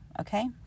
Okay